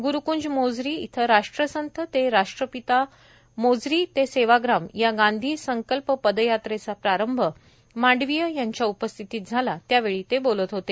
गुरुकंज मोझरी इथं राष्ट्रसंत से राष्ट्रपिता मोझरी ते सेवाग्राम या गांधी संकल्प पदयात्रेचा प्रारंभ मांडवीय यांच्या उपस्थितीत झाला त्यावेळी ते बोलत होते